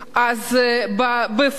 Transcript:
אז בפועל,